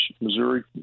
Missouri